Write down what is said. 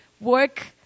work